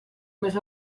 més